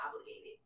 obligated